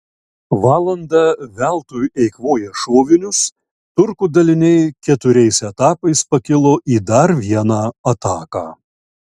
valandą veltui eikvoję šovinius turkų daliniai keturiais etapais pakilo į dar vieną ataką